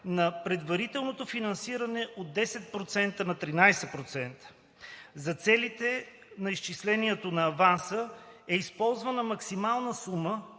на предварителното префинансиране от 10% на 13%. За целите на изчислението на аванса е използвана максималната сума,